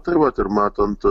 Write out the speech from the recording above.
tai vat ir matant